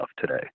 today